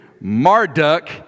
Marduk